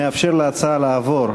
מאפשר להצעה לעבור.